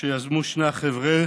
שיזמו שני החבר'ה